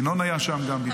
גם ינון היה שם בדיוק.